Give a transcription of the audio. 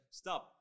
stop